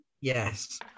Yes